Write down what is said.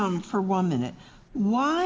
on for one minute why